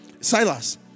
Silas